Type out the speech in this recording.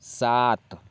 सात